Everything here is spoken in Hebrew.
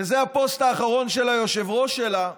וזה הפוסט האחרון של היושב-ראש שלה,